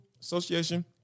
Association